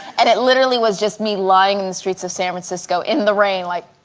and it literally was just me lying in the streets of san francisco in the rain like